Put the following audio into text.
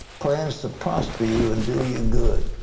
plans to prosper you and do you good.